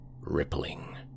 rippling